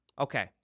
okay